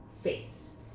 face